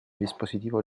dispositivo